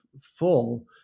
full